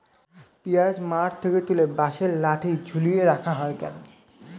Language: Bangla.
পিঁয়াজ মাঠ থেকে তুলে বাঁশের লাঠি ঝুলিয়ে রাখা হয় কেন?